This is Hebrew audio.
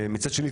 מצד שני,